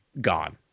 gone